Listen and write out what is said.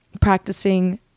practicing